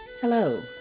Hello